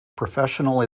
professional